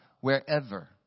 Wherever